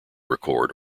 record